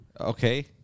okay